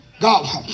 God